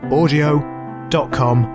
audio.com